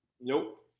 Nope